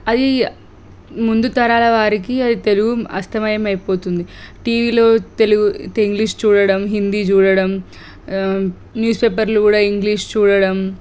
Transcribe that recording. అది ముందు తరాల వారికి అది తెలుగు అస్తమయం అయిపోతుంది టీవీలో తెలుగు ఇంగ్లీష్ చూడడం హిందీ చూడడం న్యూస్ పేపర్లు కూడా ఇంగ్లీష్ చూడడం